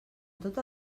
tota